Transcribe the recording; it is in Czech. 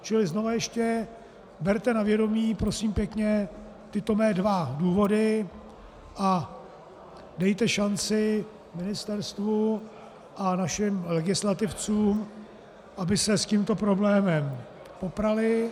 Čili znovu ještě berte na vědomí, prosím pěkně, tyto mé dva důvody a dejte šanci ministerstvu a našim legislativcům, aby se s tímto problémem poprali.